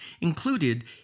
included